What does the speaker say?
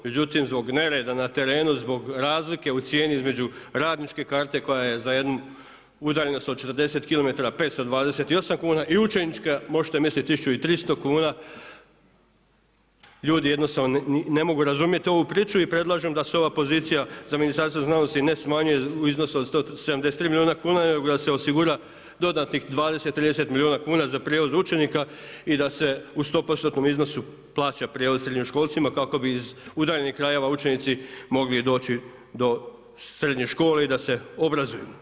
Međutim zbog nereda na terenu, zbog razlike u cijeni između radničke karte koja je za jednu udaljenost od 40 kilometara 528 kuna i učeničke možete misliti 1300 kuna ljudi jednostavno ne mogu razumjeti ovu priču i predlažem da se ova pozicija sa Ministarstva znanosti ne smanjuje u iznosu od 173 milijuna kuna nego da se osigura dodatnih 20, 30 milijuna kuna za prijevoz učenika i da se u 100%-tnom iznosu da plaća prijevoz srednjoškolcima kako bi iz udaljenih krajeva učenici mogli doći do srednje škole i da se obrazuju.